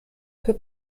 für